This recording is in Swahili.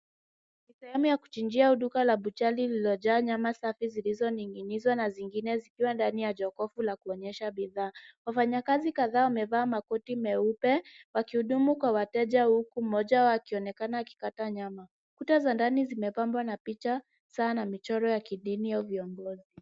Ni sehemu ya kuchinjia au duka la buchari lililojaa nyama safi zilizoning'inizwa na zingine zikiwa ndani ya jokofu la kuonyesha bidhaa. Wafanyi kazi kadhaa wamevaa makoti meupe wakihudumu kwa wateja huku mmoja wao akionekana akikata nyama. Kuta za ndani zimepambwa na picha, saa na michoro ya kidini au viongozi.